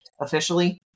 officially